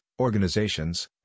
organizations